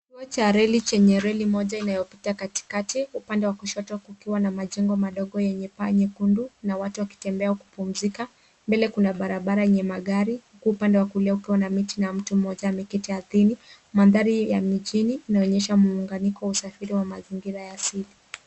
Kituo cha reli chenye reli moja inayopita katikati upande wa kushoto kukiwa na majengo madogo yenye paa nyekundu na watu wakitembea au kupumzika. Mbele kuna barabara yenye magari huku upande wa kulia kukiwa na miti na mtu mmoja akiwa ameketi ardhini. Mandhari ya mijini yanaonyesha muunganiko wa usafiri wa mazingira ya asili.